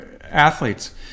athletes